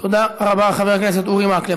תודה רבה, חבר הכנסת אורי מקלב.